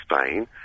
Spain